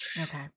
Okay